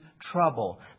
trouble